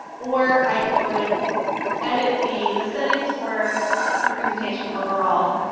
or i could edit the, the settings for the presentation overall.